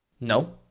No